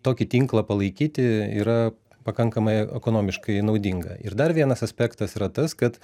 tokį tinklą palaikyti yra pakankamai ekonomiškai naudinga ir dar vienas aspektas yra tas kad